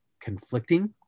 conflicting